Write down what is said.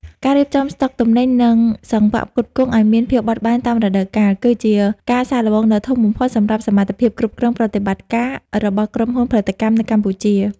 ការរៀបចំស្តុកទំនិញ និងសង្វាក់ផ្គត់ផ្គង់ឱ្យមានភាពបត់បែនតាមរដូវកាល គឺជាការសាកល្បងដ៏ធំបំផុតសម្រាប់សមត្ថភាពគ្រប់គ្រងប្រតិបត្តិការរបស់ក្រុមហ៊ុនផលិតកម្មនៅកម្ពុជា។